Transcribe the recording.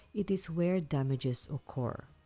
it is where damages occur.